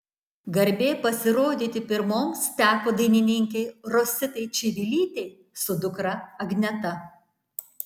garbė pasirodyti pirmoms teko dainininkei rositai čivilytei su dukra agneta